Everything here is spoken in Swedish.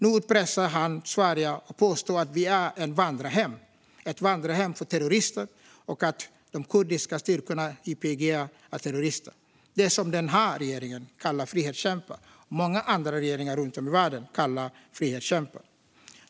Nu utpressar han Sverige och påstår att vi är ett vandrarhem för terrorister och att de kurdiska styrkorna i YPG är terrorister, de som den här regeringen och många andra regeringar runt om i världen kallar frihetskämpar.